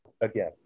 again